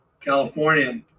California